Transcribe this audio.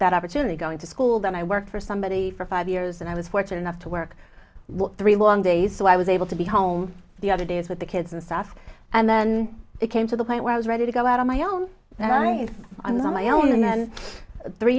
that opportunity going to school that i worked for somebody for five years and i was fortunate enough to work three long days so i was able to be home the other days with the kids and stuff and then it came to the point where i was ready to go out on my own on my own and then three